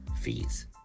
fees